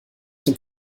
dem